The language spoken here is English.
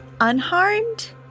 unharmed